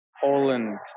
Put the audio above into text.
Poland